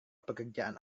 pekerjaan